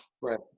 right